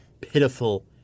pitiful